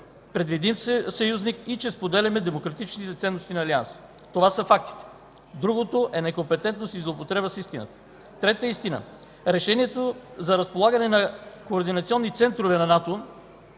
предвидим съюзник и че споделяме демократичните ценности на Алианса. Това са фактите. Другото е некомпетентност и злоупотреба с истината. Трета истина: решението за разполагане на координационни центрове на НАТО